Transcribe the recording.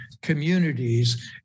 communities